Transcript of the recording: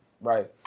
Right